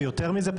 יותר מזה,